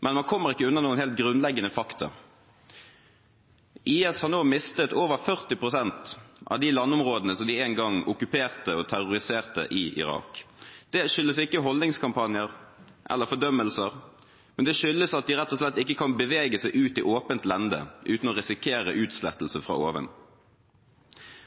men man kommer ikke unna noen helt grunnleggende fakta: IS har nå mistet over 40 pst. av de landområdene som de en gang okkuperte og terroriserte i Irak. Det skyldes ikke holdningskampanjer eller fordømmelser, men det skyldes at de rett og slett ikke kan bevege seg ut i åpent lende uten å risikere utslettelse fra oven.